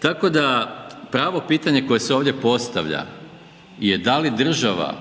Tako da, pravo pitanje koje se ovdje postavlja je da li država